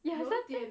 ya sometimes